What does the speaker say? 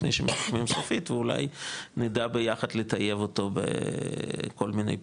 לפני שמסכמים סופית ואולי נדע ביחד לטייב אותו בכל מיני פינות,